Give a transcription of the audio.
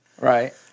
Right